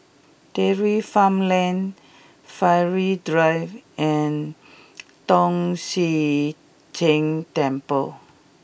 Dairy Farm Lane Farrer Drive and Tong Sian Tng Temple